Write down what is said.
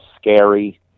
scary